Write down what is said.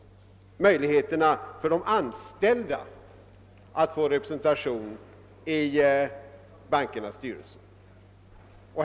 Den syftar till att bereda de anställda möjlighet att få representation i bankernas styrelser.